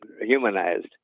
humanized